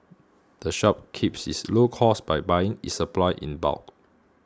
the shop keeps its low costs by buying its supplies in bulk